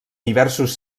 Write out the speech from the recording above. diversos